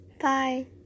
bye